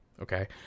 Okay